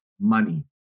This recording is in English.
money